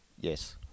Yes